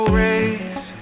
raise